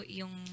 yung